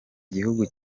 gihugu